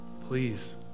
please